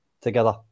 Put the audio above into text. together